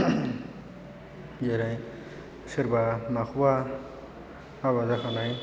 जेरै सोरबा माखौबा हाबा जाखानाय